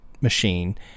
machine